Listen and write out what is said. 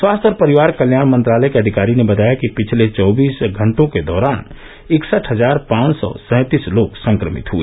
स्वास्थ्य और परिवार कल्याण मंत्रालय के अधिकारों ने बताया कि पिछले चौबीस घंटों के दौरान इकसठ हजार पांच सौ सैंतीस लोग संक्रमित हए